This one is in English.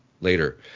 later